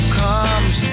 comes